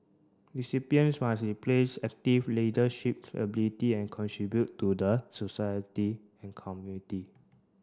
recipients must display active leadership ability and contribute to the society and community